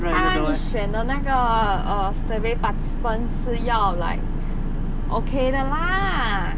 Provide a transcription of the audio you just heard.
他你选的那个 err survey participants 是要 like okay 的 lah